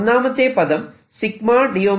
ഒന്നാമത്തെ പദം 𝜎d𝝮